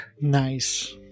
Nice